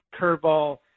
curveball